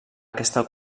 aquesta